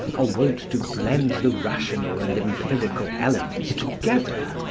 are wont to blend the rational and empirical elements together,